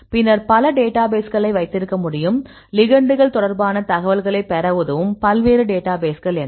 பின்னர் பல டேட்டாபேஸ்களை வைத்திருக்க முடியும் லிகண்டுகள் தொடர்பான தகவல்களைப் பெற உதவும் பல்வேறு டேட்டாபேஸ்கள் என்ன